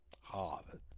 Harvard